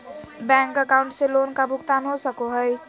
Bank account से लोन का भुगतान हो सको हई?